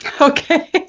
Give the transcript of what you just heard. Okay